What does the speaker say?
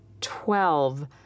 twelve